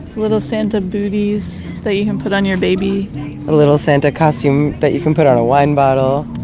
little santa booties that you can put on your baby a little santa costume that you can put on a wine bottle.